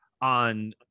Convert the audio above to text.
on